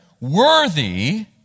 worthy